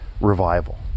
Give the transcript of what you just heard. revival